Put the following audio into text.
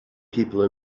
people